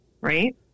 right